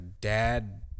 Dad